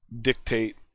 dictate